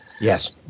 Yes